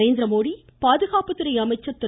நரேந்திரமோடி பாதுகாப்புத்துறை அமைச்சர் திரு